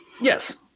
Yes